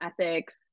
ethics